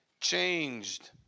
changed